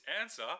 answer